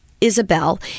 Isabel